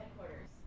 headquarters